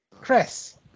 Chris